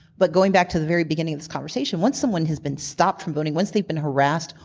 but going back to the very beginning of this conversation, once someone has been stopped from voting, once they've been harassed,